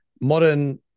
Modern